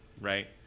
right